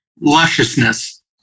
lusciousness